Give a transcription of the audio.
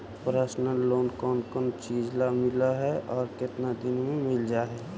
Personal loan कोन कोन चिज ल मिल है और केतना दिन में मिल जा है?